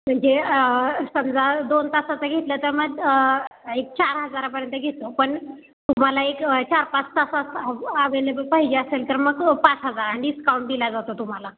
म्हणजे समजा दोन तासाचं घेतलं तर मग एक चार हजारापर्यंत घेतो पण तुम्हाला एक चार पाच तासाचं आवेलेबल पाहिजे असेल तर मग पाच हजार डिस्काउंट दिला जातो तुम्हाला